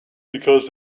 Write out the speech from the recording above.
because